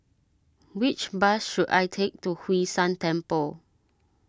which bus should I take to Hwee San Temple